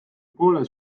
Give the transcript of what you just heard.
poole